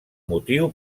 motiu